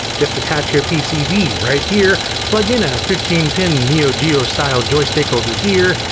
just attach your pcb right here, plug in a fifteen pin neo geo-style joystick over here,